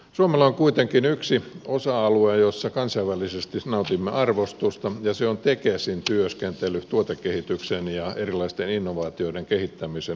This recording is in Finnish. suomella on kuitenkin yksi osa alue jossa kansainvälisesti nautimme arvostusta ja se on tekesin työskentely tuotekehityksen ja erilaisten innovaatioiden kehittämisen osa alueilla